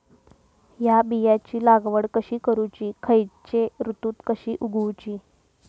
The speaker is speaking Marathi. हया बियाची लागवड कशी करूची खैयच्य ऋतुत कशी उगउची?